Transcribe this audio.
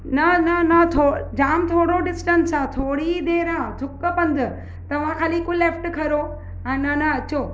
न न न थो जाम थोरो डिस्टंस आहे थोरी ई देरि आहे थुक पंधु तव्हां ख़ाली हिकु लेफ़्ट खणो हा न न अचो